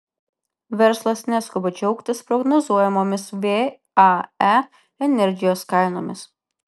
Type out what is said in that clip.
verslas neskuba džiaugtis prognozuojamomis vae energijos kainomis